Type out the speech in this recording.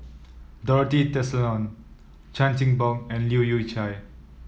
Dorothy Tessensohn Chan Chin Bock and Leu Yew Chye